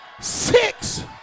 six